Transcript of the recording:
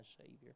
Savior